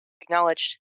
acknowledged